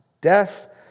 death